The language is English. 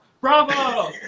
bravo